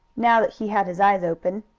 now that he had his eyes open.